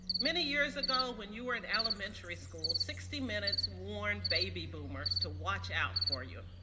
many years ago when you were in elementary school sixty minutes warned baby boomers to watch out for you.